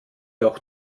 auch